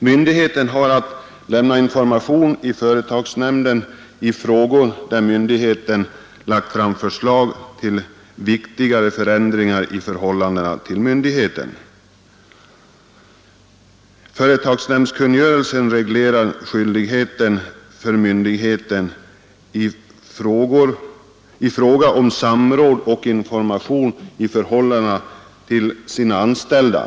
Myndigheten har att lämna information i företagsnämnden i frågor där myndigheten lagt fram förslag till viktigare förändringar i förhållandena vid myndigheten. Företagsnämndskungörelsen reglerar skyldigheten för myndigheten i Nr 74 fråga om samråd och information i förhållande till sina anställda.